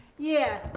yeah.